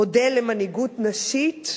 מודל למנהיגות נשית,